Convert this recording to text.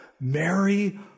Mary